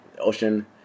Ocean